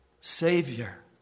savior